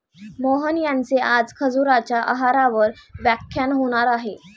मोहन यांचे आज खजुराच्या आहारावर व्याख्यान होणार आहे